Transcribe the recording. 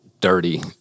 dirty